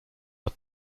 are